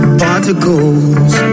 particles